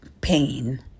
pain